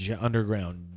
underground